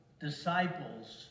disciples